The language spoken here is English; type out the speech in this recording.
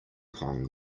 pong